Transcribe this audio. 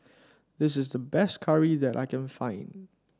this is the best curry that I can find